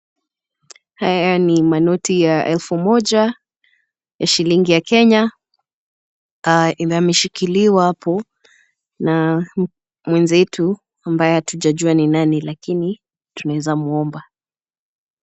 Haya ni manoti ya elfu moja ya shilingi ya Kenya yameshikiliwa hapo na mwenzetu ambaye hatujajua ni nani lakini tunaweza muomba.